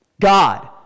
God